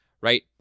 right